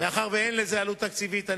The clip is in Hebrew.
מאחר שאין לזה עלות תקציבית,